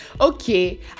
okay